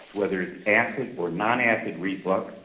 whether it's acid or non-acid reflux,